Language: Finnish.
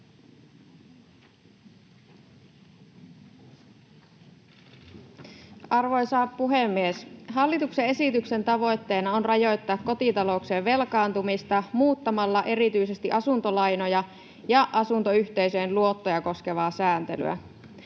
Arvoisa puhemies! Hallituksen esityksen tavoitteena on rajoittaa kotitalouksien velkaantumista muuttamalla erityisesti asuntolainoja ja asuntoyhteisöjen luottoja koskevaa sääntelyä.